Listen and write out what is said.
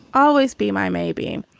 always be my maybe.